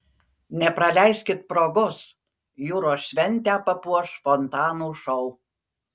nepraleiskit progos jūros šventę papuoš fontanų šou